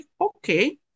okay